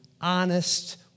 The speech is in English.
honest